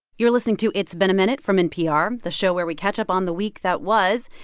you're listening to it's been a minute from npr, the show where we catch up on the week that was.